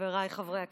חבריי חברי הכנסת,